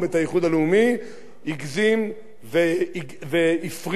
הגזים והפריז גם בהחלטה על ההקפאה,